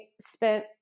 spent